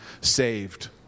saved